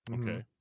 Okay